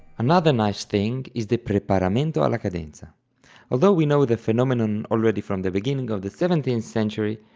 another nice thing is the preparamento alla cadenza although we know the phenomenon already from the beginning of the seventeenth century,